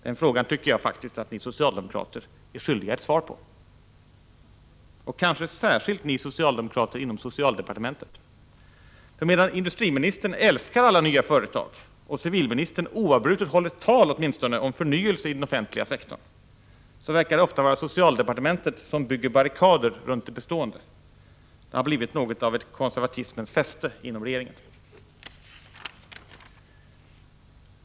Den frågan tycker jag faktiskt att ni socialdemokrater är skyldiga ett svar på, kanske särskilt ni socialdemokrater inom socialdepartementet. För medan industriministern älskar alla nya företag och civilministern oavbrutet åtminstone håller tal om förnyelse i den offentliga sektorn verkar det ofta vara socialdepartementet som bygger barrikader runt det bestående. Det har blivit något av ett konservatismens fäste inom regeringen.